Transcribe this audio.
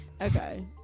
okay